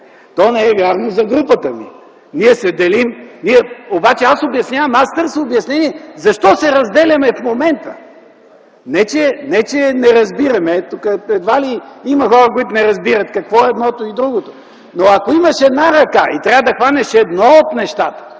то не е вярно за групата ми. Обаче аз търся обяснение защо се разделяме в момента. Не че не разбираме, тук едва ли има хора, които не разбират какво е едното и другото. Но ако имаш една ръка, и трябва да хванеш едно от нещата